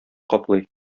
каплый